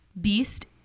beast